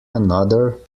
another